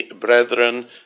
brethren